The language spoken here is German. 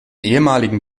ehemaligen